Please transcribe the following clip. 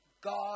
God